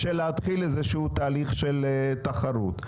ולהתחיל איזשהו תהליך של תחרות.